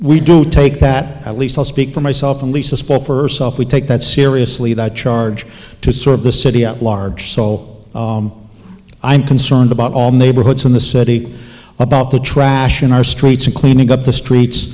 we do take that at least i'll speak for myself only support for self we take that seriously that charge to sort of the city at large so i'm concerned about all neighborhoods in the city about the trash in our streets and cleaning up the streets